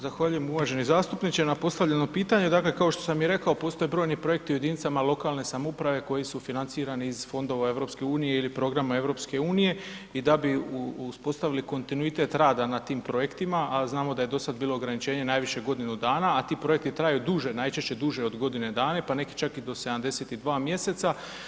Zahvaljujem uvaženi zastupniče na postavljenom pitanju, dakle kao što sam i rekao postoje brojni projekti u jedinicama lokalne samouprave koji su financirani iz fondova EU ili programa EU i da bi uspostavili kontinuitet rada na tim projektima, a znamo da je do sada bilo ograničenje najviše godinu dana, a ti projekti traju duže, najčešće duže godine dana pa neki čak i do 72 mjeseca.